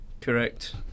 Correct